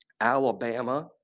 Alabama